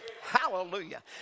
Hallelujah